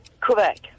Quebec